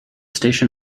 station